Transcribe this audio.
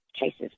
cases